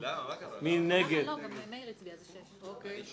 הצבעה בעד הרביזיה על סעיף 39, 6 נגד,